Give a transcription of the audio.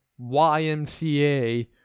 YMCA